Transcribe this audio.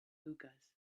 hookahs